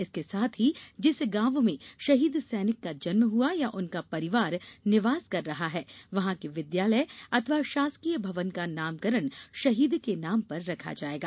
इसके साथ ही जिस गाँव में शहीद सैनिक का जन्म हुआ या उनका परिवार निवास कर रहा है वहाँ के विद्यालय अथवा शासकीय भवन का नामकरण शहीद के नाम पर रखा जाएगा